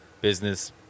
business